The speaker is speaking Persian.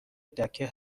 دکه